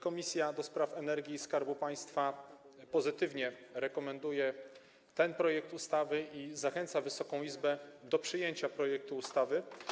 Komisja do Spraw Energii i Skarbu Państwa rekomenduje ten projekt ustawy i zachęca Wysoką Izbę do przyjęcia projektu ustawy.